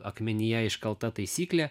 akmenyje iškalta taisyklė